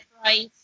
price